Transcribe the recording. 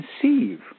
conceive